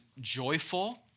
joyful